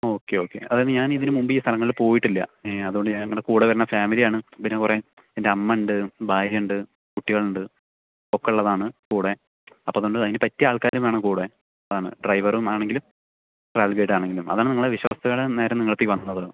okay okay അതായത് ഞാനിതിന് മുമ്പ് ഈ സ്ഥലങ്ങളിൽ പോയിട്ടില്ല അതുകൊണ്ട് ഞാൻ നിങ്ങളുടെ കൂടെ വരണ ഫാമിലിയാണ് പിന്നെ കുറേ എൻ്റമ്മയുണ്ട് ഭാര്യയുണ്ട് കുട്ടികളുണ്ട് ഒക്കെയുള്ളതാണ് കൂടെ അപ്പോൾ നമ്മൾ അതിന് പറ്റിയ ആൾക്കാരും വേണം കൂടെ അതാണ് ഡ്രൈവറും ആണെങ്കിലും ഫാമിലി ആയിട്ടാണെങ്കിലും അതാണ് നിങ്ങളെ വിശ്വാസത്തോടെ അന്നേരം നിങ്ങളത്തേടി വന്നത്